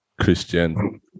Christian